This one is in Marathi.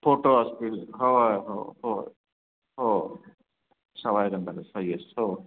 फोटो असतील होय हो हो सवाई गंधर्व सही आहे